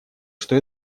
что